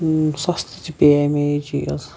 سَستہٕ تہِ پیٚیا مےٚ یہِ چیٖز